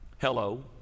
hello